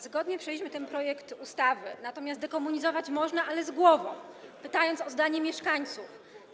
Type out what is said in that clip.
Zgodnie przyjęliśmy ten projekt ustawy, natomiast dekomunizować można, ale z głową, pytając o zdanie mieszkańców.